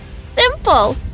Simple